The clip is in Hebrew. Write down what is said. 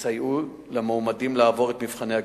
שיסייעו למועמדים לעבור את מבחני הגיוס.